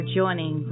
joining